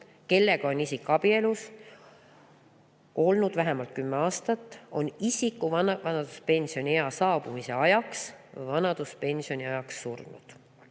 kellega on isik abielus olnud vähemalt 10 aastat, on isiku vanaduspensioniea saabumise ajaks või vanaduspensioni ajaks surnud.